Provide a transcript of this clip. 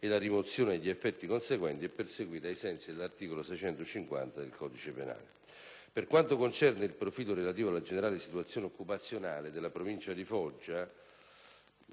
e la rimozione degli effetti conseguenti è perseguita ai sensi dell'articolo 650 del codice penale. Per quanto concerne il profilo relativo alla generale situazione occupazionale della provincia di Foggia,